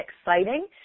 exciting